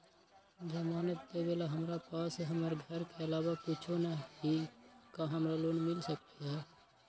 जमानत देवेला हमरा पास हमर घर के अलावा कुछो न ही का हमरा लोन मिल सकई ह?